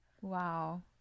Wow